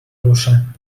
روشن